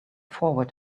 forward